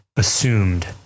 assumed